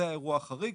זה האירוע החריג.